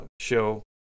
show